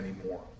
anymore